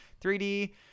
3D